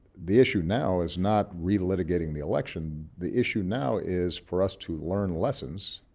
the issue now is not relitigating the election. the issue now is for us to learn lessons